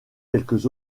quelques